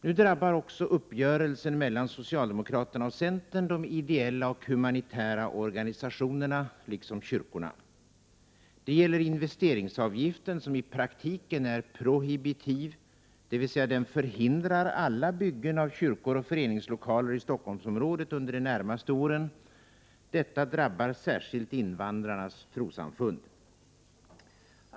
Nu drabbar också uppgörelsen mellan socialdemokraterna och centern de ideella och humanitära organisationerna liksom kyrkorna. Det gäller investeringsavgiften som i praktiken är prohibitiv, dvs. den förhindrar alla byggen av kyrkor och föreningslokaler i Stockholmsområdet under de närmaste åren. Detta drabbar särskilt invandrarnas trossamfund.